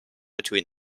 between